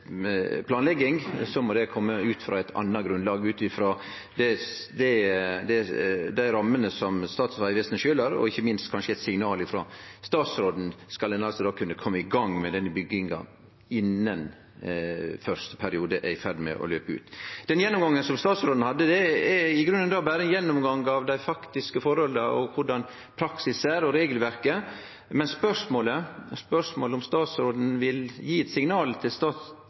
må det kome av eit anna grunnlag ut frå dei rammene som Statens vegvesen sjølv har, og ikkje minst eit signal frå statsråden, om ein skal kunne komme i gang med bygginga innan første periode i er i ferd med å løpe ut. Den gjennomgangen som statsråden hadde, er i grunnen berre ein gjennomgang av dei faktiske forholda og korleis praksis og regelverk er. Men spørsmålet, om statsråden vil gje eit signal til